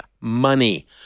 money